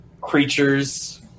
creatures